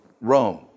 Rome